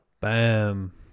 Bam